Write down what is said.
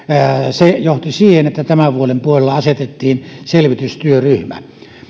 se johti siihen että tämän vuoden puolella asetettiin selvitystyöryhmä